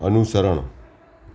અનુસરણ